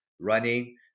running